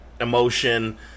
emotion